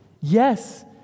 Yes